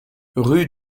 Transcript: rue